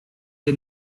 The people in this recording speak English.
the